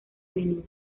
menor